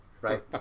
Right